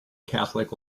catholic